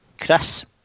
Chris